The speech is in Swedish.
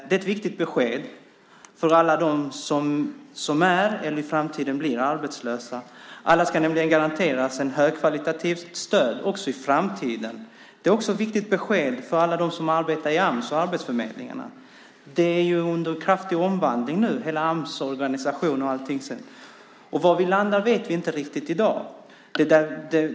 Det är ett viktigt besked för alla dem som är eller i framtiden blir arbetslösa. Alla ska nämligen garanteras ett högkvalitativt stöd också i framtiden. Det är också ett viktigt besked för alla dem som arbetar i Ams och på arbetsförmedlingarna. Hela Ams organisation är nu under kraftig omvandling, och var man landar vet vi inte riktigt i dag.